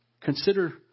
consider